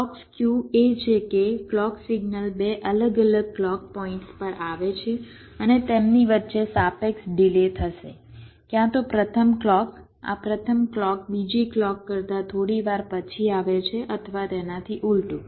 clock skew એ છે કે ક્લૉક સિગ્નલ બે અલગ અલગ ક્લૉક પોઇન્ટ્સ પર આવે છે અને તેમની વચ્ચે સાપેક્ષ ડિલે થશે ક્યાં તો પ્રથમ ક્લૉક આ પ્રથમ ક્લૉક બીજી ક્લૉક કરતા થોડી વાર પછી આવે છે અથવા તેનાથી ઊલટું